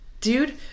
Dude